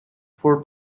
four